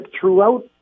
throughout